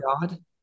God